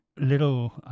Little